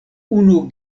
unu